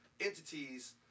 entities